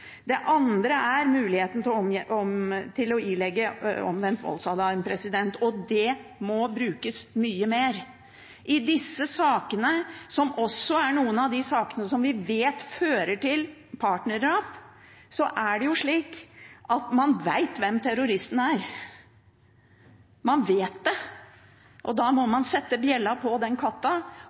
Det andre er muligheten til å ilegge omvendt voldsalarm, og det må brukes mye mer. I disse sakene, som også er noen av de sakene som vi vet fører til partnerdrap, er det slik at man vet hvem terroristen er. Man vet det, og da må man sette bjella på katta og sørge for at det er den